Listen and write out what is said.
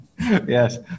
Yes